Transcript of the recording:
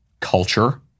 culture